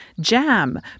jam